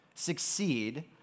succeed